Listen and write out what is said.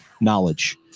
knowledge